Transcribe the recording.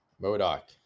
Modoc